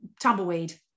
tumbleweed